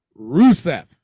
Rusev